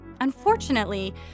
Unfortunately